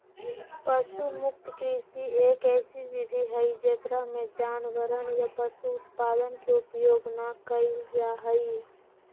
पशु मुक्त कृषि, एक ऐसी विधि हई जेकरा में जानवरवन या पशु उत्पादन के उपयोग ना कइल जाहई